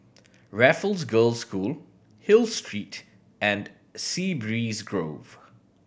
Raffles Girls' School Hill Street and Sea Breeze Grove